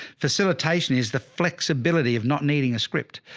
facilitation is the flexibility of not needing a script.